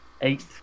Eight